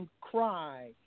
cry